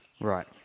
Right